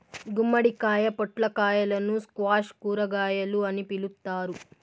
గుమ్మడికాయ, పొట్లకాయలను స్క్వాష్ కూరగాయలు అని పిలుత్తారు